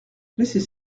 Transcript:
laissez